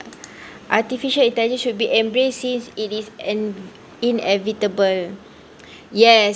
artificial intelligence should be embrace since it is an inevitable yes